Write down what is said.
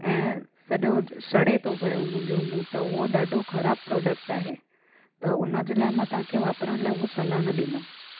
ऐं सॼो सड़े थो पियो मुंहिंजो मुंहं त उहो ॾाढो ख़राबु प्रोडक्ट आहे त हुनजे लाइ मां तव्हांखे वापरण लाइ उहो सलाह न ॾींदमि